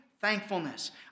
thankfulness